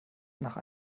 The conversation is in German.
nach